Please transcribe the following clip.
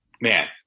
man